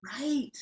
Right